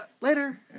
later